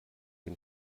dem